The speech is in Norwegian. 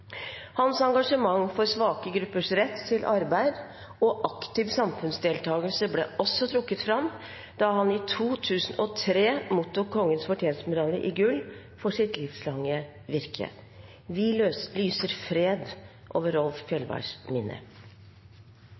Hans engasjement for svake gruppers rett til arbeid og aktiv samfunnsdeltakelse ble også trukket fram da han i 2003 mottok Kongens fortjenstmedalje i gull for sitt livslange virke. Vi lyser fred over